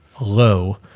low